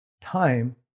time